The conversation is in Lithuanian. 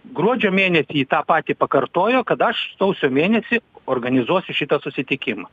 gruodžio mėnesį tą patį pakartojo kad aš sausio mėnesį organizuosiu šitą susitikimą